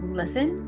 listen